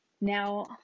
Now